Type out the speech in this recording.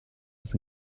his